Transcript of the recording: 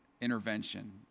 intervention